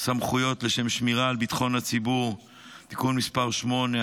סמכויות לשם שמירה על ביטחון הציבור (תיקון מס' 8),